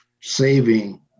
saving